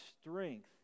strength